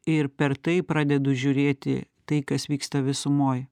ir per tai pradedu žiūrėti tai kas vyksta visumoj